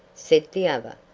said the other,